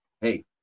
hey